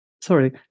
sorry